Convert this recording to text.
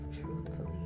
truthfully